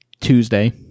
Tuesday